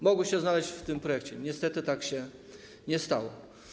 Mogły się one znaleźć w tym projekcie, niestety tak się nie stało.